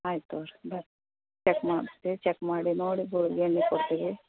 ಆಯ್ತು ತೋರಿ ಬನ್ರಿ ಚೆಕ್ ಮಾಡ್ತಿ ಚೆಕ್ ಮಾಡಿ ನೋಡಿ ಗುಳ್ಗೆ ಕೊಡ್ತೀವಿ